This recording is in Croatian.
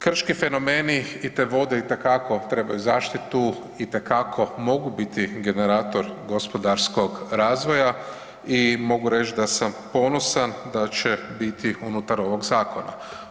Krški fenomeni i te vode itekako trebaju zaštitu, itekako mogu biti generator gospodarskog razvoja i mogu reć da sam ponosan da će biti unutar ovog zakona.